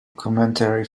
commentary